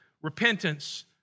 repentance